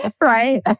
Right